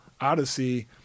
odyssey